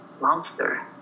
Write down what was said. monster